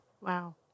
Wow